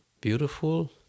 beautiful